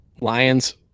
Lions